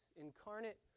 incarnate